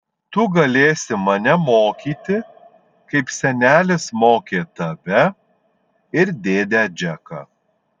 tu galėsi mane mokyti kaip senelis mokė tave ir dėdę džeką